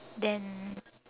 then